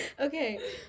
okay